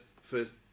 first